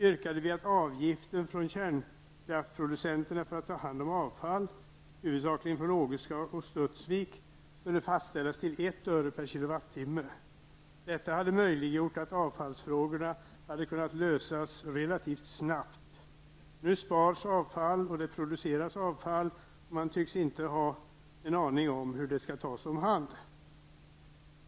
yrkade vi att avgifter från kärnkraftsproducenterna för att ta hand om avfall, huvudsakligen från öre/kWh. Detta skulle ha möjliggjort att avfallsfrågorna kunnat lösas relativt snabbt. Nu sparas och produceras avfall som man inte tycks ha en aning om hur det skall tas om hand.